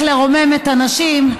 באמצע דיון על איך לרומם את הנשים,